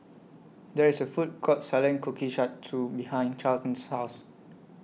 There IS A Food Court Selling Kushikatsu behind Charlton's House